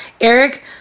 Eric